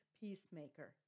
peacemaker